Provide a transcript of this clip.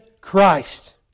Christ